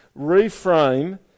reframe